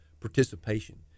participation